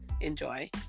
Enjoy